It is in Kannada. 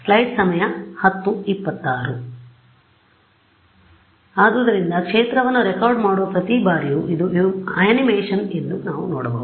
ಆದ್ದರಿಂದ ಕ್ಷೇತ್ರವನ್ನು ರೆಕಾರ್ಡ್ ಮಾಡುವ ಪ್ರತಿ ಬಾರಿಯೂ ಇದು ಅನಿಮೇಷನ್ ಎಂದು ನಾವು ನೋಡಬಹುದು